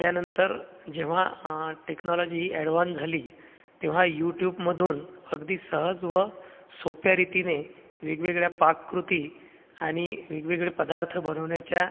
त्यानंतर जेव्हा टेक्नॉलजी ही एडव्हान्स झाली तेव्हा यूट्यूबमधून अगदी सहज व सोप्या रीतीने वेगवेगळ्या पाककृती आणि वेगवेगळे पदार्थ बनवण्याच्या